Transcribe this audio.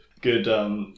good